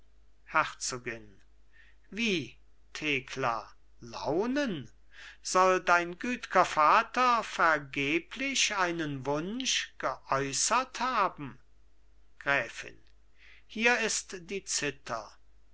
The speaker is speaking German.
herzogin wie thekla launen soll dein gütger vater vergeblich einen wunsch geäußert haben gräfin hier ist die zither